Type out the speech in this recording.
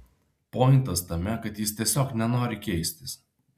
pointas tame kad jis tiesiog nenori keistis